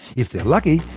if they're lucky,